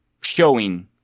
showing